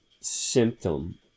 symptom